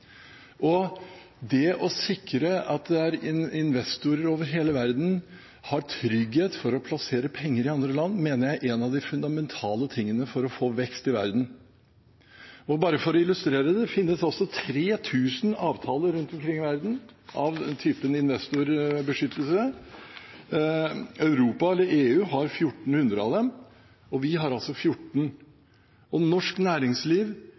Det å sikre at investorer over hele verden har trygghet for å plassere penger i andre land, mener jeg er en av de fundamentale tingene for å få vekst i verden. Bare for å illustrere: Det finnes 3 000 avtaler rundt omkring i verden av typen investorbeskyttelse. Europa – eller EU – har 1 400 av dem, og vi har 14. Norsk næringsliv